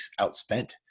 outspent